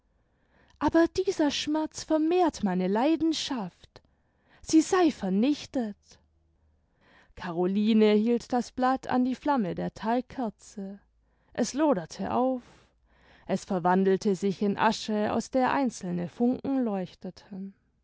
aber dieser schmerz vermehrt meine leidenschaft sie sei vernichtet caroline hielt das blatt an die flamme der talgkerze es loderte auf es verwandelte sich in asche aus der einzelne funken leuchteten